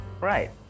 right